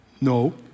No